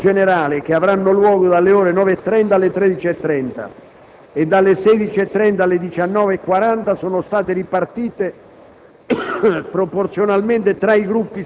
Per le illustrazioni e la discussione generale - che avranno luogo dalle ore 9,30 alle ore 13,30 e dalle ore 16,30 alle ore 19,40 - sono state ripartite